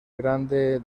grande